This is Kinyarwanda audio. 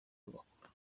bakora